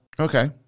Okay